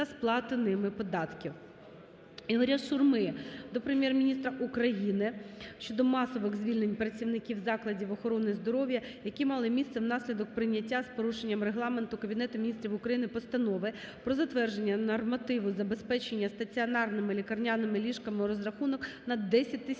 Ігоря Шурми до Прем'єр-міністра України щодо масових звільнень працівників закладів охорони здоров'я, які мали місце внаслідок прийняття, з порушенням Регламенту, Кабінетом Міністрів України Постанови "Про затвердження нормативу забезпечення стаціонарними лікарняними ліжками у розрахунку на 10 тисяч